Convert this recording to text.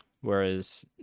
Whereas